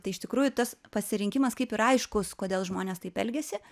tai iš tikrųjų tas pasirinkimas kaip ir aiškus kodėl žmonės taip elgiasi